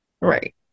Right